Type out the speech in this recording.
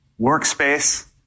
Workspace